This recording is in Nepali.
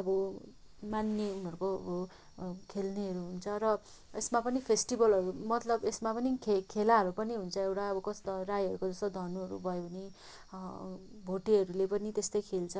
अब मान्ने उनीहरूको अब खेल्नेहरू हुन्छ र यसमा पनि फेस्टिभलहरू मतलब यसमा पनि खे खेलाहरू पनि हुन्छ एउटा अब कस्तो राईहरूको जस्तो धनुहरू भयो भने भोटेहरूले पनि त्यस्तै खेल्छ